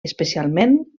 especialment